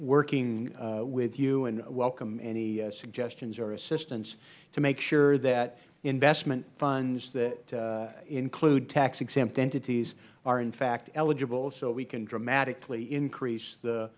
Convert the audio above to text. working with you and welcome any suggestions or assistance to make sure that investment funds that include tax exempt entities are in fact eligible so we can dramatically increase the